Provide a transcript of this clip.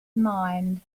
mind